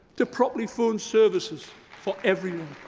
to properly fund services for everyone.